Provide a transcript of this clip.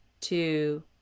two